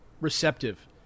receptive